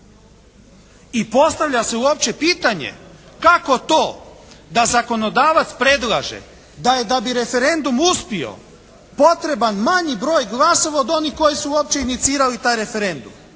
I postavlja se uopće pitanje kako to da zakonodavac predlaže da bi referendum uspio potreban manji broj glasova od onih koji su uopće inicirali taj referendum.